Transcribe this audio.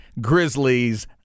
Grizzlies